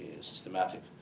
systematic